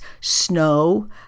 snow